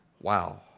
Wow